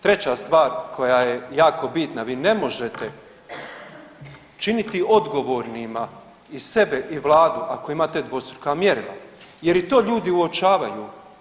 Treća stvar koja je koja je jako bitna, vi ne možete činiti odgovornima i sebe i Vladu ako imate dvostruka mjerila jer i to ljudi uočavaju.